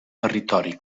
territori